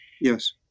Yes